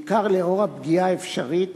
בעיקר לנוכח הפגיעה האפשרית